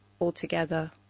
altogether